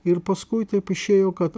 ir paskui taip išėjo kad